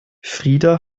frida